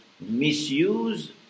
misuse